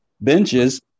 benches